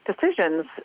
decisions